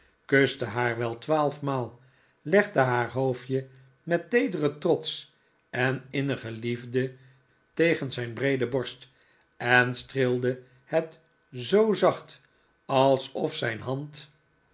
kuste haar wel twaalf maal legde haar hoofdje met teederen trots en innige liefde tegen zijn breede borst en streelde het zoo zacht alsof zijn hand